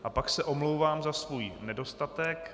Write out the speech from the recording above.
A pak se omlouvám za svůj nedostatek.